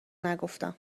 نگفتم